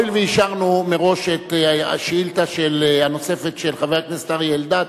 הואיל ואישרנו מראש את השאילתא הנוספת של חבר הכנסת אריה אלדד,